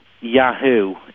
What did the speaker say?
Yahoo